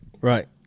Right